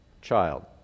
Child